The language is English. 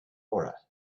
aura